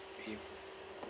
if